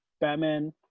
batman